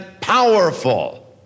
powerful